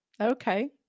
Okay